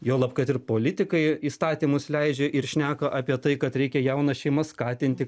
juolab kad ir politikai įstatymus leidžia ir šneka apie tai kad reikia jaunas šeimas skatinti